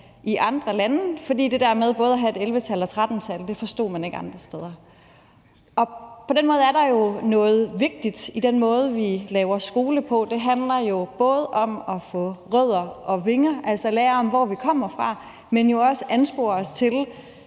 i andre lande. For det der med både at have et 11-tal og et 13-tal forstod de ikke andre steder. På den måde er der noget vigtigt i den måde, vi laver skole på. Det handler både om at få rødder og vinger, altså lære om, hvor vi kommer fra, men også anspores til